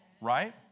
Right